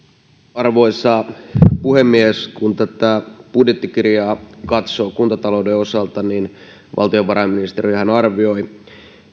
arvoisa puhemies kun tätä budjettikirjaa katsoo kuntatalouden osalta niin valtiovarainministeriöhän arvioi